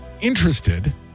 interested